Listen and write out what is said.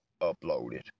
Uploaded